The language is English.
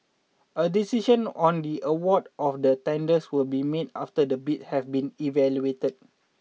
a decision on the award of the tenders will be made after the bids have been evaluated